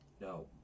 no